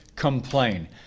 Complain